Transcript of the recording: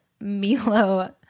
Milo